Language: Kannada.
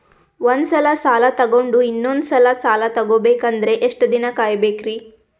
ಒಂದ್ಸಲ ಸಾಲ ತಗೊಂಡು ಇನ್ನೊಂದ್ ಸಲ ಸಾಲ ತಗೊಬೇಕಂದ್ರೆ ಎಷ್ಟ್ ದಿನ ಕಾಯ್ಬೇಕ್ರಿ?